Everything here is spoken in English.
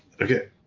Okay